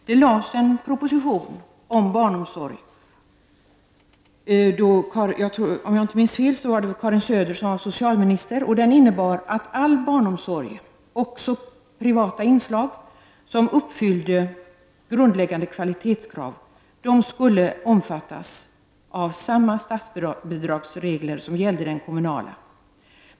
Det lades fram en proposition om barnomsorg -- om jag inte minns fel var det Karin Söder som var socialminister -- och den innebar att all barnomsorg, också privata inslag, som uppfyllde grundläggande kvalitetskrav skulle omfattas av samma statsbidragsregler som gällde för den kommunala.